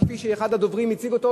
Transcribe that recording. כפי שאחד הדוברים הציג אותו,